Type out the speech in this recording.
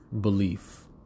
belief